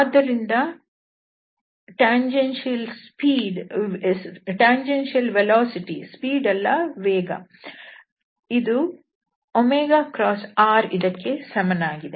ಆದ್ದರಿಂದ ಸ್ಪರ್ಶಕ ವೇಗ ಸ್ಪೀಡ್ ಅಲ್ಲ ವೇಗ ವು rಇದಕ್ಕೆ ಸಮನಾಗಿದೆ